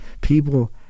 People